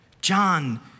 John